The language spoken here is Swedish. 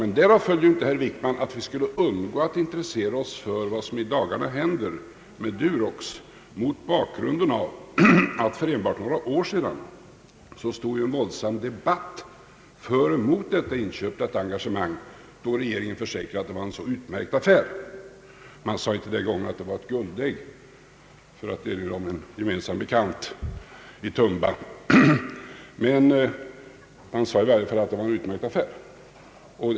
Men därav följer inte, herr Wickman, att vi skulle undgå att intressera oss för vad som i dagarna händer med Durox, mot bakgrunden av att det för endast några år sedan stod en våldsam debatt för och emot detta engagemang. Regeringen försäkrade den gången att det var en utmärkt affär. Man sade inte att det var ett guldägg — för att erinra om en gemensamt bekant i Tumba — men man sade i varje fall att det var en utmärkt affär.